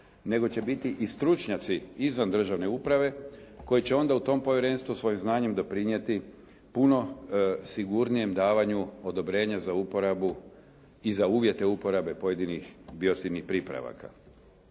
nego će biti i stručnjaci izvan državne uprave koji će onda u tom povjerenstvu svojim znanjem doprinijeti puno sigurnijem davanju odobrenja za uporabu i za uvjete uporabe pojedinih biocidnih pripravaka.